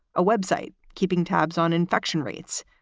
a web site keeping tabs on infection rates,